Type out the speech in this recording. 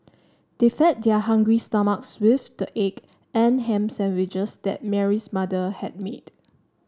they fed their hungry stomachs with the egg and ham sandwiches that Mary's mother had made